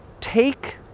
take